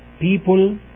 people